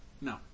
No